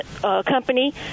company